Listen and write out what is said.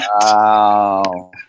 Wow